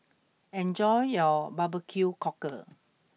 enjoy your Barbecue Cockle